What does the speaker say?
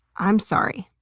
i'm sorry.